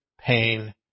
pain